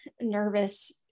nervous